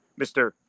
Mr